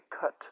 cut